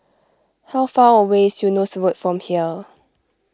how far away is Eunos Road from here